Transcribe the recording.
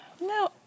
No